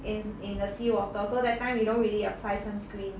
is in the seawater so that time we don't really apply sunscreen